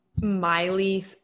Miley